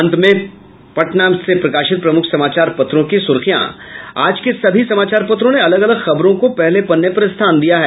अब पटना से प्रकाशित प्रमुख समाचार पत्रों की सुर्खियां आज के सभी समाचार पत्रों ने अलग अलग खबरों पहले पन्ने पर स्थान दिया है